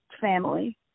family